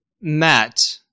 Matt